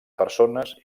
persones